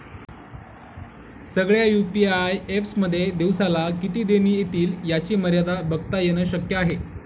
सगळ्या UPI apps मध्ये दिवसाला किती देणी एतील याची मर्यादा बघता येन शक्य आहे